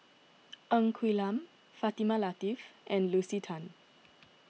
Ng Quee Lam Fatimah Lateef and Lucy Tan